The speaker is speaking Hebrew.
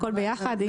הכול ביחד.